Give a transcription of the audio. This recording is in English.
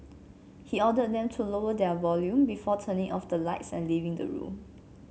he ordered them to lower their volume before turning off the lights and leaving the room